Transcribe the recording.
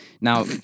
Now